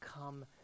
come